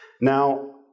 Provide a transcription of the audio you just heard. Now